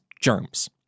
germs